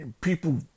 people